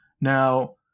Now